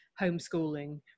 homeschooling